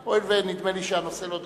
הואיל ונדמה לי שהנושא לא דרמטי,